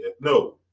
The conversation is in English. no